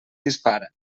dispara